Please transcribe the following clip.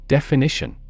Definition